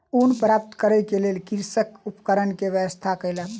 ऊन प्राप्त करै के लेल कृषक उपकरण के व्यवस्था कयलक